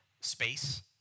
space